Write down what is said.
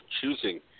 choosing